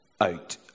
out